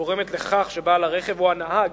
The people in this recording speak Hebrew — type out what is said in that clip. גורמת לכך שבעל הרכב או הנהג